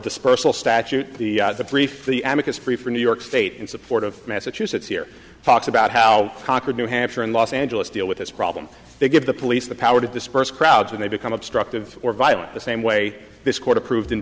dispersal statute the brief the amica spree for new york state in support of massachusetts here talks about how concord new hampshire and los angeles deal with this problem they give the police the power to disperse crowds when they become obstructive or violent the same way this court approved